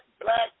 black